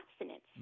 abstinence